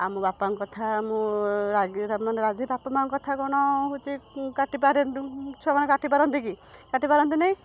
ଆଉ ମୁଁ ବାପାଙ୍କ କଥା ମୁଁ ରାଗିଲା ମାନେ ରାଜି ବାପା ମାଆଙ୍କ କଥା କ'ଣ ହେଉଛି କାଟିପାରେନି ମୁଁ ଛୁଆମାନେ କାଟିପାରନ୍ତି କି କାଟିପାରନ୍ତିନି